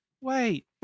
wait